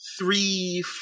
three